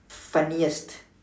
funniest